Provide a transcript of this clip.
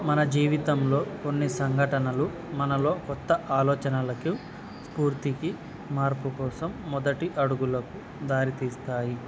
మన జీవితంలో కొన్ని సంఘటనలు మనలో కొత్త ఆలోచనలకు స్పూర్తికి మార్పు కోసం మొదటి అడుగులకు దారితీస్తాయి